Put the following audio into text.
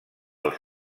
els